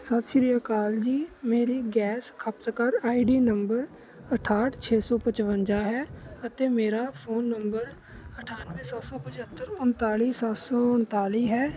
ਸਤਿ ਸ੍ਰੀ ਅਕਾਲ ਜੀ ਮੇਰੀ ਗੈਸ ਖਪਤਕਾਰ ਆਈਡੀ ਨੰਬਰ ਅਠਾਹਠ ਛੇ ਸੌ ਪਚਵੰਜਾ ਹੈ ਅਤੇ ਮੇਰਾ ਫ਼ੋਨ ਨੰਬਰ ਅਠਾਨਵੇ ਸੱਤ ਸੌ ਪੰਜੱਤਰ ਉਨਤਾਲੀ ਸੱਤ ਸੌ ਉਨਤਾਲੀ ਹੈ